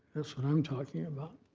that's what i'm talking about,